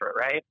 right